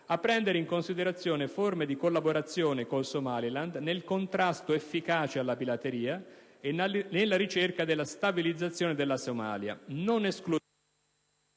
senso, a considerare forme di collaborazione con il Somaliland nel contrasto efficace alla pirateria e nella ricerca della stabilizzazione della Somalia